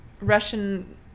Russian